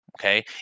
Okay